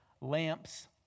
lamps